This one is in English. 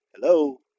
Hello